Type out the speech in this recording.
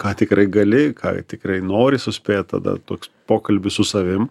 ką tikrai gali ką tikrai nori suspėt tada toks pokalbis su savim